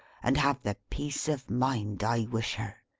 and have the peace of mind i wish her!